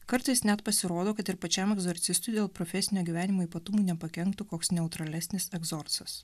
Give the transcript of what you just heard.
kartais net pasirodo kad ir pačiam egzorcistui dėl profesinio gyvenimo ypatumų nepakenktų koks neutralesnis egzorcas